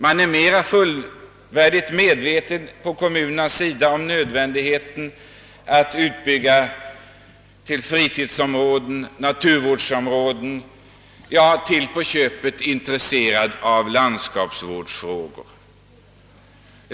I kommunerna är man mycket medveten om nödvändigheten av att avsätta fritidsområden och naturvårdsområden. Man är till och med intresserad av landskapsvårdsfrågor.